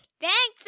thanks